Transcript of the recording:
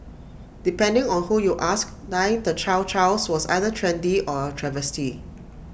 depending on who you ask dyeing the chow Chows was either trendy or A travesty